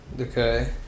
okay